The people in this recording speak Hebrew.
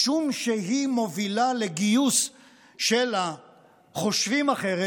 משום שהיא מובילה לגיוס של החושבים אחרת,